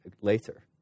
later